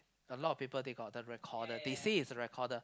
a lot of people they got the recorder they say it's a recorder